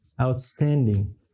outstanding